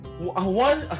One